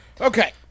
Okay